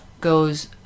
goes